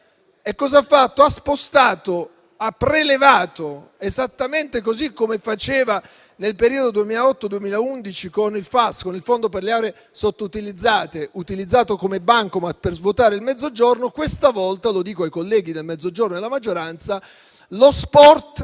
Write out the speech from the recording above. e lo ha prelevato esattamente come si faceva nel periodo 2008-2011 con il FAS, il Fondo per le aree sottoutilizzate, che veniva utilizzato come Bancomat per svuotare il Mezzogiorno. Questa volta - lo dico ai colleghi del Mezzogiorno della maggioranza - lo sport